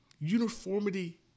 uniformity